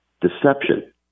deception